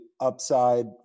upside